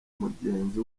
mugenzi